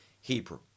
hebrew